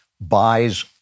buys